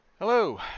Hello